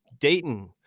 Dayton